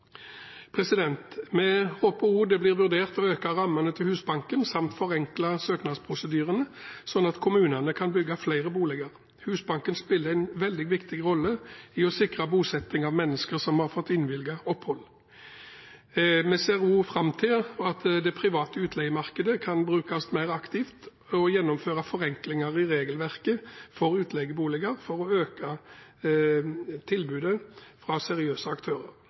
Vi håper også det blir vurdert å øke rammene til Husbanken, samt forenkle søknadsprosedyrene slik at kommunen kan bygge flere boliger. Husbanken spiller en viktig rolle i å sikre bosetting av mennesker som har fått innvilget opphold i Norge.» Vi ser også fram til at det private utleiemarkedet kan brukes mer aktivt, og til at man kan gjennomføre forenklinger i regelverket for utleieboliger for å øke tilbudet fra seriøse aktører.